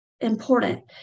important